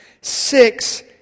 six